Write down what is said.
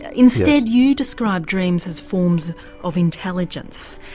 ah instead you describe dreams as forms of intelligence,